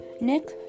Nick